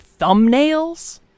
thumbnails